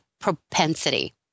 propensity